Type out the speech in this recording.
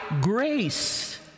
grace